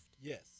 Yes